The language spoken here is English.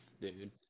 dude